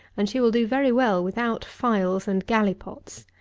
and she will do very well without phials and gallipots.